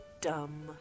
dumb